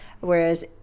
Whereas